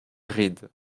rides